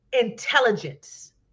intelligence